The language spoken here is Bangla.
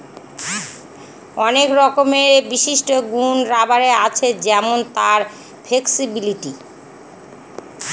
অনেক রকমের বিশিষ্ট গুন রাবারের আছে যেমন তার ফ্লেক্সিবিলিটি